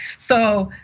so,